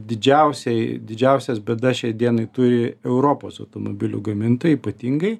didžiausiai didžiausias bėdas šiai dienai turi europos automobilių gamintojai ypatingai